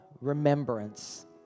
remembrance